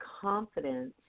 confidence